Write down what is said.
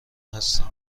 هستم